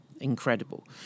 Incredible